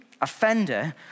offender